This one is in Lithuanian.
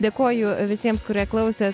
dėkoju visiems kurie klausėt